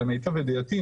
למיטב ידיעתי,